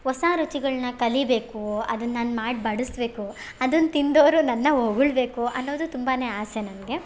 ಹೊಸಾ ರುಚಿಗಳನ್ನ ಕಲಿಬೇಕು ಅದನ್ನು ನಾನು ಮಾಡಿ ಬಡಿಸಬೇಕು ಅದನ್ನು ತಿಂದವರು ನನ್ನ ಹೊಗಳ್ಬೇಕು ಅನ್ನೋದು ತುಂಬಾ ಆಸೆ ನನಗೆ